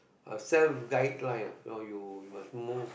a self guideline you know you must move